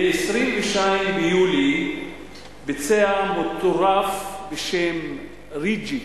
ב-22 ביולי ביצע מטורף בשם רג'יק,